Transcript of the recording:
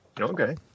Okay